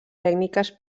tècniques